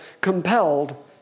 compelled